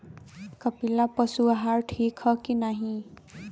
कपिला पशु आहार ठीक ह कि नाही?